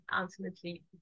ultimately